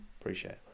Appreciate